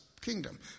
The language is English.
kingdom